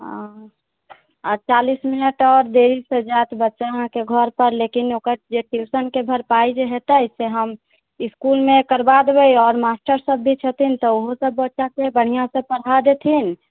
हँ आ चालीस मिनट और देरीसऽ जायत बच्चा अहाँके घरपर लेकिन ओकर जे ट्यूशन के भरपाइ जे हेतै से हम इस्कूलमे करबा देबै और मास्टर सब भी छथिन तऽ ओहो सब बच्चाके बढियासऽ पढ़ा देथिन